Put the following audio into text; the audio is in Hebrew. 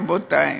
רבותי.